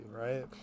right